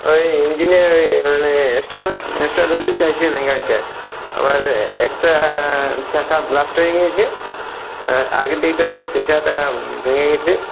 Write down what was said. ওই ইঞ্জিনের ওই মানে স্টার্ট হচ্ছে না স্টার্ট হতেই চাইছে না গাড়িটা আবার একটা চাকা ব্লাস্ট হয়ে গিয়েছে আগের দিকটা সিসাটা ভেঙে গেছে